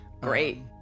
Great